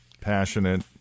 passionate